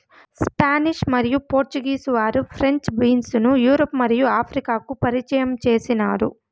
Spanish మరియు Portuguese వారు French beans ను యూరప్ మరియు ఆఫ్రికాకు పరిచయం చేసినారు